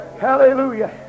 Hallelujah